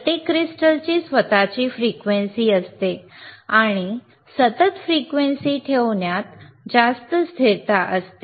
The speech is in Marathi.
प्रत्येक क्रिस्टलची स्वतःची फ्रिक्वेन्सी असते आणि सतत फ्रिक्वेन्सी ठेवण्यात जास्त स्थिरता असते